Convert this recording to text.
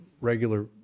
regular